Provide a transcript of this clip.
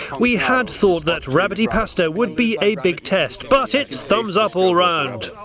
we had thought that rabbity pasta would be a big test but it is thumbs up all round.